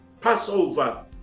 Passover